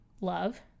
love